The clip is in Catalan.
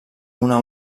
una